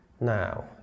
Now